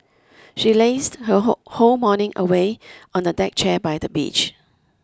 she lazed her whole morning away on a deck chair by the beach